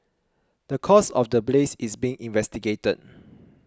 the cause of the blaze is being investigated